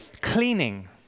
cleaning